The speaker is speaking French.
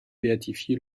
béatifié